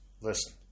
Listen